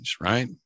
Right